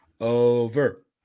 over